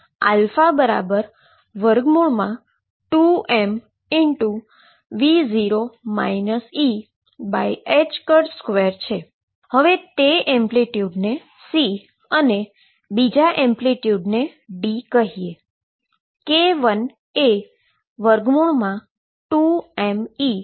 હવે તે એમ્પ્લિટ્યુડ ને C અને એમ્પ્લિટ્યુડ D કહીએ